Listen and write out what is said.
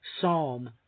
Psalm